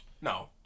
No